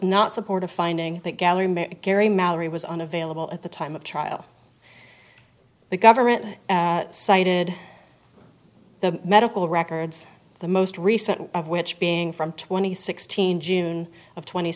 not support a finding that gallery may carry mallory was unavailable at the time of trial the government that cited the medical records the most recent of which being from twenty sixteen june